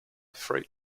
freight